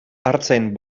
artzain